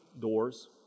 doors